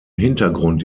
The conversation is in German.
hintergrund